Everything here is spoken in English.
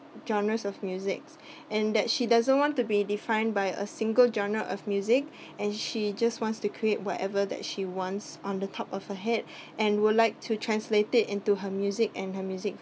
genres of music and that she doesn't want to be defined by a single genre of music and she just wants to create whatever that she wants on the top of her head and would like to translat it into her music and her music